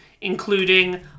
including